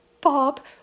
Bob